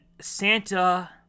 Santa